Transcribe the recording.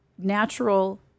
Natural